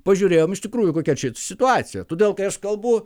pažiūrėjom iš tikrųjų kokia čia situacija todėl kai aš kalbu